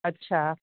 अच्छा